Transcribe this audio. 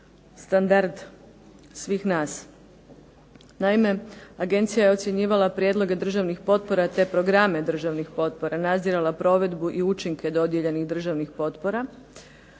standard svih nas. Naime, agencija je ocjenjivala prijedloge državnih potpora te programe državnih potpora, nadzirala provedbu i učinke dodijeljenih državnih potpora.